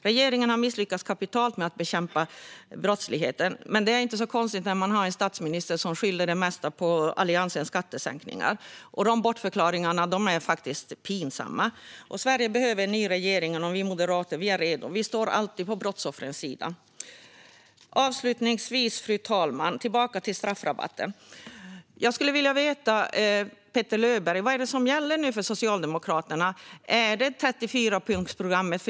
Regeringen har misslyckats kapitalt med att bekämpa brottsligheten. Men det är ju inte så konstigt när man har en statsminister som skyller det mesta på Alliansens skattesänkningar. De bortförklaringarna är faktiskt pinsamma. Sverige behöver en ny regering, och vi moderater är redo. Vi står alltid på brottsoffrens sida. Avslutningsvis, fru talman, tillbaka till straffrabatten. Jag skulle vilja veta av Petter Löberg vad som gäller nu för Socialdemokraterna. Är det 34-punktsprogrammet?